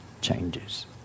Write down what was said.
changes